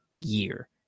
year